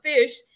fish